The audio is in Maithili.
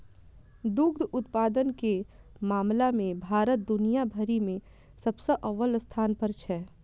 दुग्ध उत्पादन के मामला मे भारत दुनिया भरि मे सबसं अव्वल स्थान पर छै